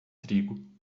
trigo